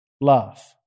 love